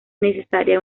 necesaria